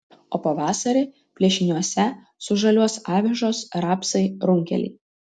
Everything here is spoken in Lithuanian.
o pavasarį plėšiniuose sužaliuos avižos rapsai runkeliai